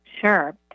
Sure